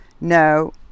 No